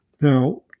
Now